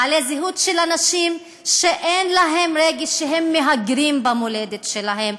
בעלי זהות של אנשים שאין להם רגש שהם מהגרים במולדת שלהם,